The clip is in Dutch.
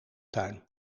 tuin